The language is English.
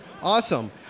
Awesome